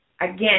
Again